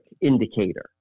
indicator